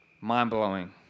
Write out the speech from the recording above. mind-blowing